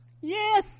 yes